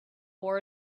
war